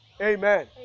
Amen